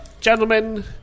gentlemen